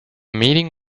meeting